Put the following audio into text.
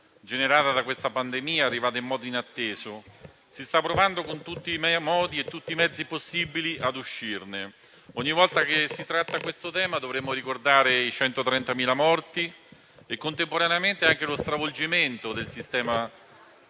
generata da questa pandemia arrivata in modo inatteso. Si sta provando in tutti i modi e con tutti i mezzi possibili a uscirne. Ogni volta che si tratta questo tema dovremmo ricordare i 130.000 morti e contemporaneamente anche lo stravolgimento del sistema sanitario